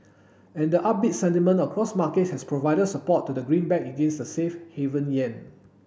and the upbeat sentiment across markets has provided support to the greenback against the safe haven yen